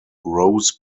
rows